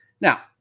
Now